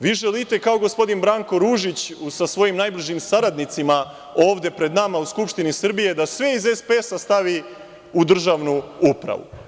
Vi želite, kao gospodin Branko Ružić sa svojim najbližim saradnicima ovde pred nama u Skupštini Srbije, da sve iz SPS-a stavi u državnu upravu.